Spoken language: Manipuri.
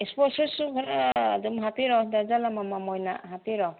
ꯏꯁꯄꯣꯔꯠ ꯁꯨꯁꯁꯨ ꯈꯔ ꯑꯗꯨꯝ ꯍꯥꯞꯄꯤꯔꯛꯑꯣ ꯗꯔꯖꯟ ꯑꯃꯃꯝ ꯑꯣꯏꯅ ꯍꯥꯞꯄꯤꯔꯛꯑꯣ